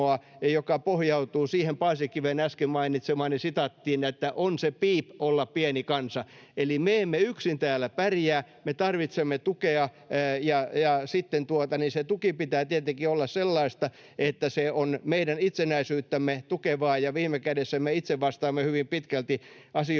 joka pohjautuu siihen Paasikiven äsken mainitsemaani sitaattiin, että ”on se piip olla pieni kansa”. Eli me emme yksin täällä pärjää, me tarvitsemme tukea, ja sitten sen tuen pitää tietenkin olla sellaista, että se on meidän itsenäisyyttämme tukevaa, ja viime kädessä me itse vastaamme hyvin pitkälti asioistamme